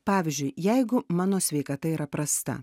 pavyzdžiui jeigu mano sveikata yra prasta